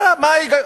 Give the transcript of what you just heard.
מה, מה ההיגיון?